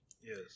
Yes